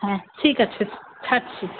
হ্যাঁ ঠিক আছে ছাড়ছি